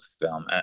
film